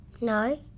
No